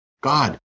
God